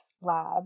Lab